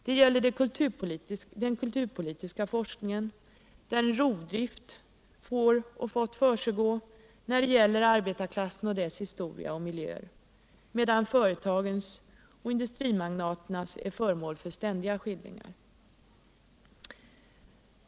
Det gäller den kulturpolitiska forskningen, där rovdrift får och fått försiggå i fråga om arbetarklassens historia och miljö, medan företagens och industrimagnaternas är föremål för ständiga skildringar.